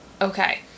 okay